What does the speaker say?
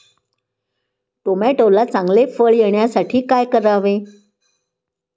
टोमॅटोला चांगले फळ येण्यासाठी काय करावे?